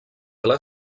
ple